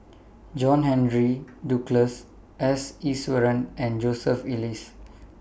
John Henry Duclos S Iswaran and Joseph Elias